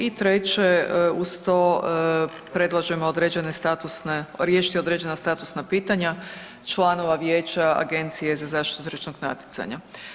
I treće uz to predlažemo određene statusne, riješiti određena statusna pitanja članova vijeća Agencije za zaštitu tržišnog natjecanja.